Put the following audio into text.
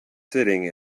sitting